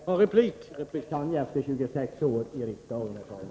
Herr talman! Det känner jag till efter 26 år i riksdagen.